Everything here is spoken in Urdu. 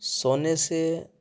سونے سے